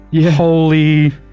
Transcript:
Holy